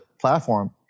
platform